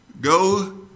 Go